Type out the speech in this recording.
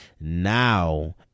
now